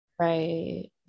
right